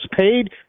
paid